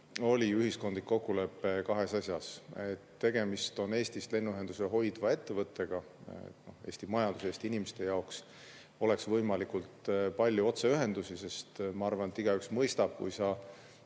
oli ühiskondlik kokkulepe kahes asjas: tegemist on Eestist lennuühendusi hoidva ettevõttega, et Eesti majanduse ja Eesti inimeste jaoks oleks võimalikult palju otseühendusi, sest ma arvan, et igaüks mõistab, kuivõrd